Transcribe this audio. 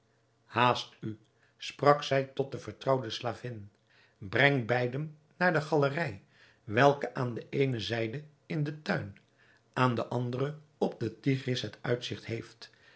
haast u sprak zij tot de vertrouwde slavin breng beiden naar de galerij welke aan de eene zijde in den tuin aan de andere op den tigris het uitzigt heeft